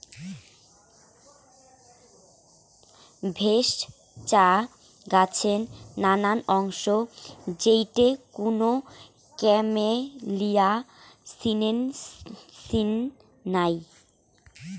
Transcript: ভেষজ চা গছের নানান অংশ যেইটে কুনো ক্যামেলিয়া সিনেনসিস নাই